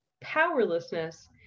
powerlessness